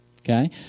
okay